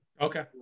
Okay